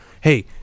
hey